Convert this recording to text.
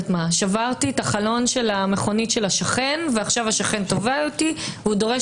שברתי את החלון של המכונית של השכן ועשוי השכן תובע אותי ודורש